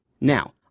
Now